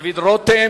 דוד רותם.